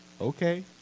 Okay